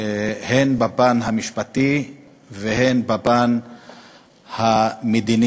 הן בפן המשפטי והן בפן המדיני.